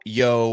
yo